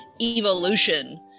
evolution